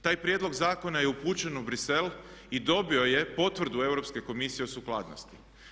Taj prijedlog zakona je upućen u Brisel i dobio je potvrdu Europske komisije o sukladnosti.